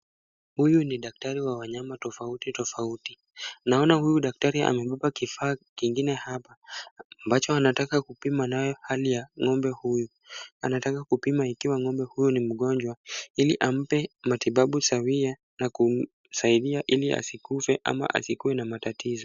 Huyu ni daktari wa wanyama tofauti tofauti, naona huyu daktari amebeba kifaa ingine hapa ambacho anataka kupima hali ya ngombe huyu, anataka kupima ikiwa ngombe huyu ni mgonjwa, iliampe matibabu sawia na kumsaidi ili hasikufe ama hasikuwe na matatizo.